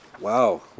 wow